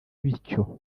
bityo